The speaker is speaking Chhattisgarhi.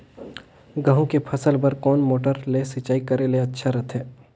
गहूं के फसल बार कोन मोटर ले सिंचाई करे ले अच्छा रथे?